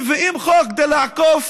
מביאים חוק כדי לעקוף